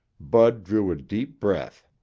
bud drew a deep breath.